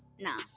No